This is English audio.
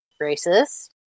racist